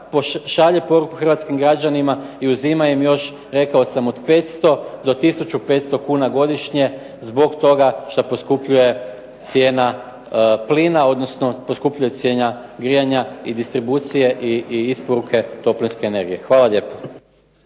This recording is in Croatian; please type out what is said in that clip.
šalje poruku hrvatskim građanima i uzima im još rekao sam od 500 do tisuću 500 kuna godišnje zbog toga šta poskupljuje cijena plina, odnosno poskupljuje cijena grijanja i distribucije i isporuke toplinske energije. Hvala lijepo.